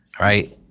right